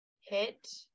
hit